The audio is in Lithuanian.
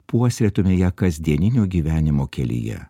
puoselėtume ją kasdieninio gyvenimo kelyje